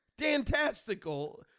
Dantastical